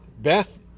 Beth